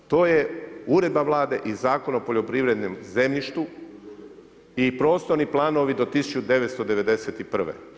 To je uredba Vlade i Zakon o poljoprivrednom zemljištu i prostorni planovi do 1991.